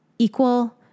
equal